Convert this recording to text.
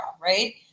right